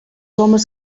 homes